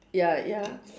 ya ya